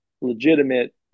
legitimate